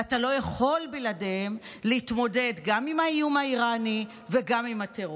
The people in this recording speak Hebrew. ואתה לא יכול בלעדיהם להתמודד גם עם האיום האיראני וגם עם הטרור.